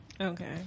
okay